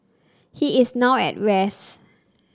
he is now at rest